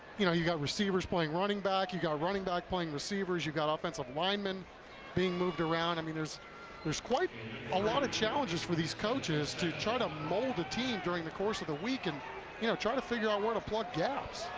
you know you got receivers playing running back, you got running back playing receivers, you've got offensive linemen being moved around, i mean there's there's quite a lot of challenges for these coaches to try to mold a team during the course of the week and you know try to figure out why to plug gaps,